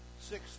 six